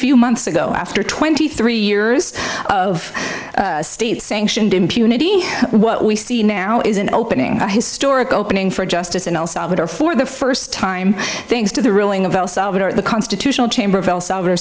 few months ago after twenty three years of state sanctioned impunity what we see now is an opening a historic opening for justice in el salvador for the first time thanks to the ruling of el salvador at the constitutional chamber of el